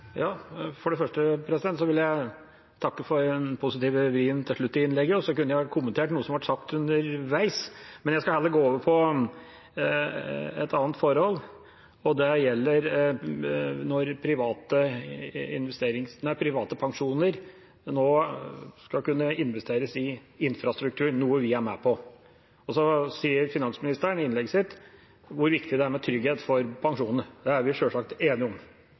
slutt i innlegget. Jeg kunne kommentert noe som ble sagt underveis, men jeg skal heller gå over på et annet forhold, og det gjelder når private pensjoner nå skal kunne investeres i infrastruktur, noe vi er med på. Så sier finansministeren i innlegget sitt hvor viktig det er med trygghet for pensjonene. Det er vi selvsagt enige om